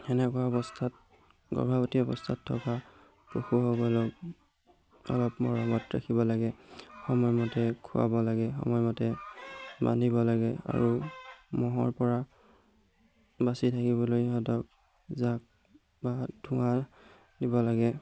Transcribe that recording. সেনেকুৱা অৱস্থাত গৰ্ভৱতী অৱস্থাত থকা পশুসকলক অলপ মৰমত ৰাখিব লাগে সময়মতে খুৱাব লাগে সময়মতে বান্ধিব লাগে আৰু মহৰ পৰা বাচি থাকিবলৈ সিহঁতক জাক বা ধোঁৱা দিব লাগে